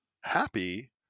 happy